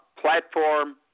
platform